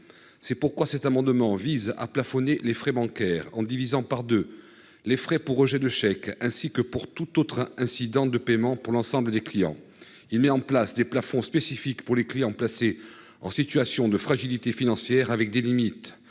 C'est pourquoi cet amendement vise à plafonner les frais bancaires en divisant par deux les frais pour rejet de chèque ainsi que pour tout autre incident de paiement pour l'ensemble des clients. Il met en place des plafonds spécifiques pour les clients, placés en situation de fragilité financière avec des limites